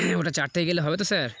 হ ওটা চারটে গেলে হবে তো স্যার